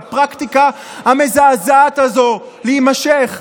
לפרקטיקה המזעזעת הזאת להימשך?